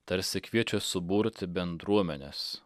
tarsi kviečia suburti bendruomenes